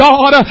God